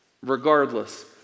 regardless